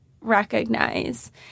recognize